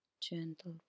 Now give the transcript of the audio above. Gentle